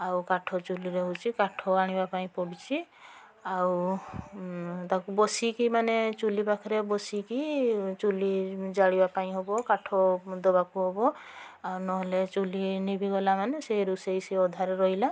ଆଉ କାଠ ଚୁଲିରେ ରହୁଛି କାଠ ଆଣିବା ପାଇଁ ପଡ଼ୁଛି ଆଉ ତାକୁ ବସିକି ମାନେ ଚୁଲି ପାଖରେ ବସିକି ଚୁଲି ଜାଳିବା ପାଇଁ ହେବ କାଠ ଦେବାକୁ ହେବ ଆଉ ନହେଲେ ଚୁଲି ଲିଭିଗଲା ମାନେ ସେଇ ରୋଷେଇ ସେଇ ଅଧାରେ ରହିଲା